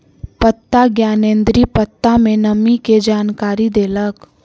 पत्ता ज्ञानेंद्री पत्ता में नमी के जानकारी देलक